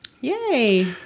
Yay